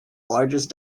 largest